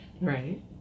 Right